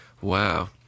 Wow